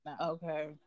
Okay